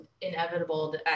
inevitable